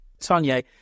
Tanya